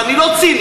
ואני לא ציני,